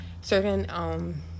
Certain